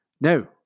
No